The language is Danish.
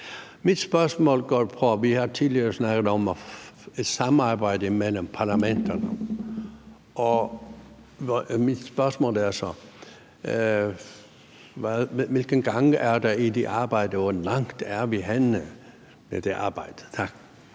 til at fungere. Vi har tidligere snakket om et samarbejde mellem parlamenterne. Mit spørgsmål er så: Er der gang i det arbejde, og hvor langt er vi henne i det arbejde? Tak.